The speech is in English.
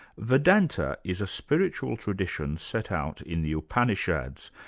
vedanta is a spiritual tradition set out in the upanishads,